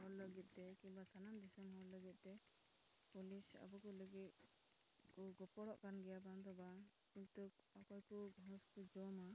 ᱦᱚᱲ ᱞᱟᱹᱜᱤᱫ ᱛᱮ ᱠᱤᱢᱵᱟ ᱥᱟᱱᱟᱢ ᱫᱤᱥᱚᱢ ᱦᱚᱲ ᱞᱟᱹᱜᱤᱫ ᱛᱮ ᱯᱩᱞᱤᱥ ᱟᱵᱚ ᱠᱚ ᱞᱟᱹᱜᱤᱫ ᱠᱚ ᱜᱚᱯᱚᱲᱚᱜ ᱠᱟᱱ ᱜᱮᱭᱟ ᱵᱟᱝ ᱫᱚ ᱵᱟᱝ ᱠᱤᱱᱛᱩ ᱚᱠᱚᱭ ᱠᱚ ᱜᱷᱩᱥ ᱠᱚ ᱡᱚᱢᱟ